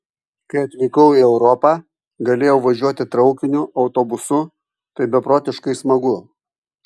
kai atvykau į europą galėjau važiuoti traukiniu autobusu tai beprotiškai smagu